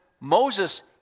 Moses